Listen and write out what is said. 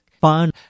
fun